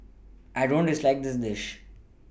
I don't dislike this dish